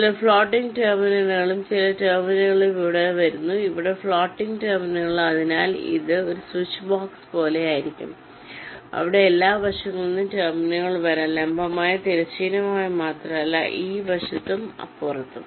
ചില ഫ്ലോട്ടിംഗ് ടെർമിനലുകളും ചില ടെർമിനലുകളും ഇവിടെ വരുന്നു ഇവിടെ ഫ്ലോട്ടിംഗ് ടെർമിനലുകൾ അതിനാൽ ഇത് ഒരു സ്വിച്ച്ബോക്സ് പോലെയായിരിക്കും അവിടെ എല്ലാ വശങ്ങളിൽ നിന്നും ടെർമിനലുകൾ വരാം ലംബമായും തിരശ്ചീനമായും മാത്രമല്ല ഈ വശത്തും ഇപ്പുറത്തും